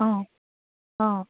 অঁ অঁ